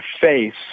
face